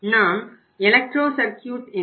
நாம் electro circuit Inc